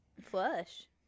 flush